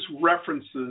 references